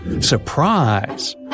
Surprise